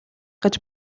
гэж